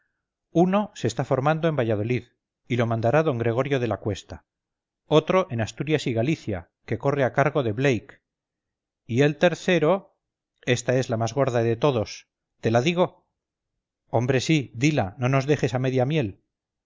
uno se está formando en valladolid y lo mandará d gregorio de la cuesta otro en asturias y galicia que corre a cargo de blake y el tercero esta es la más gorda de todas te la digo hombre sí dila no nos dejes a media miel